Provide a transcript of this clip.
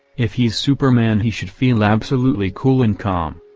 if he's superman he should feel absolutely cool and calm.